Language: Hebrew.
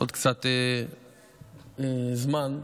קצת זמן.